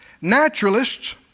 naturalists